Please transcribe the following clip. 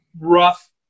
rough